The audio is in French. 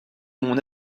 mon